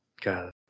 God